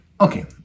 Okay